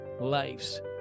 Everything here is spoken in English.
lives